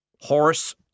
Horace